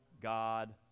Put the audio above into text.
God